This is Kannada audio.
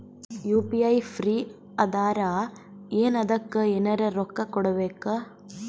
ಯು.ಪಿ.ಐ ಫ್ರೀ ಅದಾರಾ ಏನ ಅದಕ್ಕ ಎನೆರ ರೊಕ್ಕ ಕೊಡಬೇಕ?